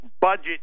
Budget